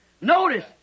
Notice